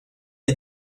est